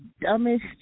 dumbest